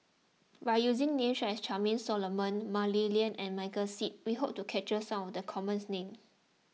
by using names such as Charmaine Solomon Mah Li Lian and Michael Seet we hope to capture some of the commons names